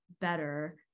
better